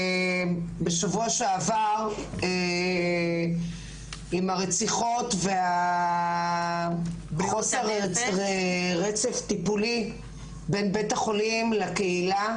בשבוע שעבר עם הרציחות והחוסר רצף טיפולי בין בית-החולים לקהילה,